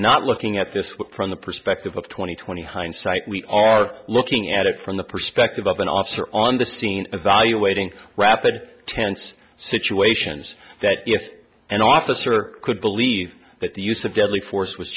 not looking at this with from the perspective of twenty twenty hindsight we are looking at it from the perspective of an officer on the scene evaluating rapid tense situations that if an officer could believe that the use of deadly force was